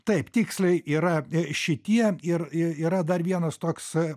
taip tiksliai yra šitie ir yra dar vienas toks